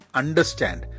understand